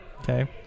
Okay